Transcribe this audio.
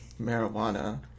marijuana